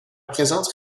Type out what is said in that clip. présence